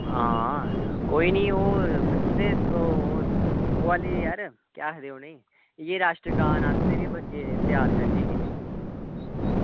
हां कोई निं में तुं'दे ओह् ओह् आह्ली यार केह् आखदे उ'नें ई इ'यै राश्ट्रगाण आस्तै बच्चे त्यार करने हे